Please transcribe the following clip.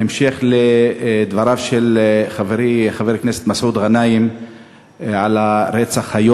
בהמשך לדבריו של חברי חבר הכנסת מסעוד גנאים על הרצח המזעזע,